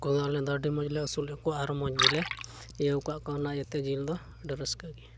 ᱩᱱᱠᱩ ᱫᱚ ᱟᱞᱮᱫᱚ ᱟᱹᱰᱤ ᱢᱚᱡᱽ ᱞᱮ ᱟᱹᱥᱩᱞᱮᱫ ᱠᱚᱣᱟ ᱟᱨ ᱢᱚᱡᱽ ᱜᱮᱞᱮ ᱤᱭᱟᱹ ᱠᱟᱜ ᱠᱚᱣᱟ ᱚᱱᱟ ᱤᱭᱟᱹᱛᱮ ᱡᱤᱭᱟᱹᱞᱤ ᱫᱚ ᱟᱹᱰᱤ ᱨᱟᱹᱥᱠᱟᱹ ᱜᱮ